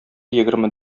егерме